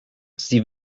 sie